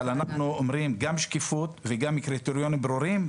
אבל אנחנו אומרים: גם שקיפות וגם קריטריונים ברורים,